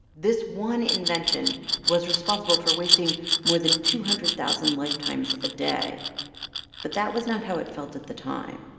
this one invention was responsible for wasting more than two hundred thousand lifetimes a day but that was not how it felt at the time.